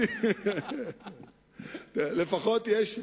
לפחות יש,